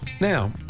Now